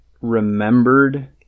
remembered